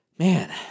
Man